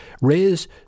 raise